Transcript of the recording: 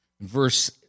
Verse